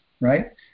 Right